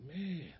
man